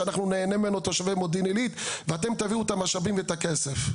שנהנה ממנו גם תושבי מודיעין עילית ואתם תביאו את המשאבים ואת הכסף,